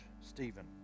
Stephen